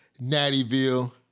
Nattyville